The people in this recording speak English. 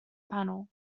panel